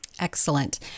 Excellent